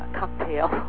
cocktail